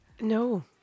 No